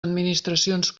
administracions